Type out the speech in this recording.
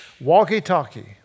walkie-talkie